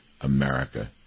America